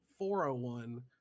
401